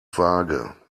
vage